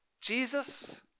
Jesus